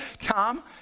Tom